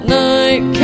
night